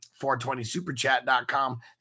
420superchat.com